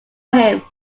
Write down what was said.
him